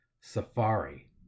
Safari